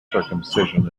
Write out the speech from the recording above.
circumcision